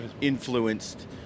influenced